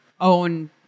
own